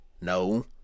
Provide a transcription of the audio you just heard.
No